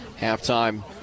Halftime